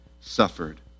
suffered